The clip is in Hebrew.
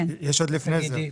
יש עוד לפני כן.